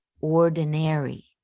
ordinary